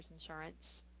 insurance